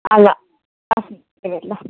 അല്ല അച്ഛൻ്റെ പേരില